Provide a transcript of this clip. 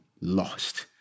lost